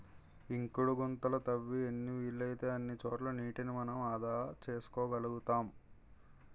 ఇంకుడు గుంతలు తవ్వి ఎన్ని వీలైతే అన్ని చోట్ల నీటిని మనం ఆదా చేసుకోగలుతాం